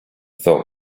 thought